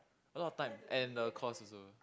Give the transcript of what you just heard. a lot of time and the course also